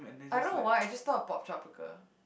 I don't know why I just thought of Poptropica